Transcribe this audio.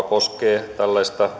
koskee tällaista